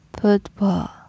football